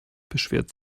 beschwert